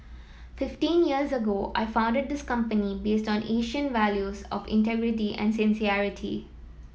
fifteen years ago I founded this company based on Asian values of integrity and sincerity